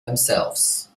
themselves